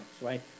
right